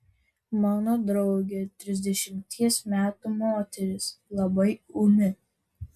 mano draugė trisdešimties metų moteris labai ūmi